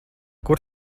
kur